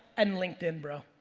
and linkedin, bro.